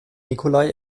nikolai